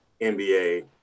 NBA